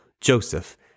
Joseph